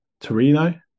Torino